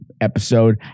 episode